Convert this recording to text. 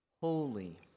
holy